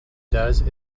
does